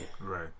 Right